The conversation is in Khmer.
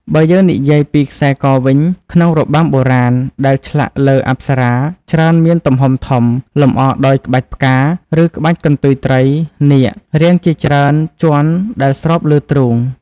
បើយើងនិយាយពីខ្សែកវិញក្នុងរបាំបុរាណ ដែលឆ្លាក់លើអប្សរាច្រើនមានទំហំធំ លម្អដោយ ក្បាច់ផ្កា ឬក្បាច់កន្ទុយត្រី/នាគ រាងជាច្រើនជាន់ដែលស្រោបលើទ្រូង។